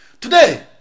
Today